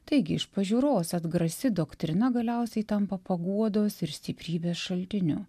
taigi iš pažiūros atgrasi doktrina galiausiai tampa paguodos ir stiprybės šaltiniu